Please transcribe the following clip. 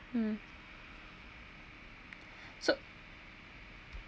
mm so